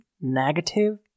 negative